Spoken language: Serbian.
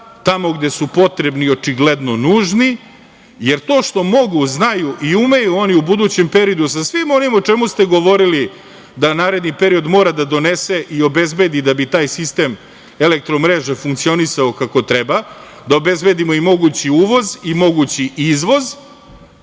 Tamo gde su potrebni, očigledno nužni, jer to što mogu, znaju i umeju oni u budućem periodu sa svim onim o čemu ste govorili, da naredni period mora da donese i obezbedi da bi taj sistem elektromreže funkcionisao kako treba, da obezbedimo i mogući uvoz i mogući izvoz,